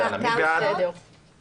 הארכה של הזה גם צריכה להיות מוגבלת.